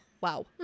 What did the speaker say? wow